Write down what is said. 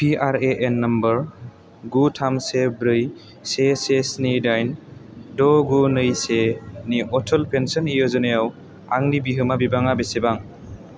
P R A N number गु थाम से ब्रै से से स्नि दाइन द' गु नै से नि अटल पेन्सन य'ज'ना याव आंनि बिहोमा बिबाङा बेसेबां